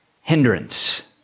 hindrance